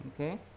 Okay